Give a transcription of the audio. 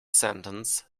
sentence